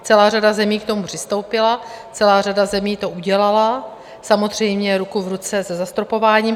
Celá řada zemí k tomu přistoupila, celá řada zemí to udělala, samozřejmě ruku v ruce se zastropováním.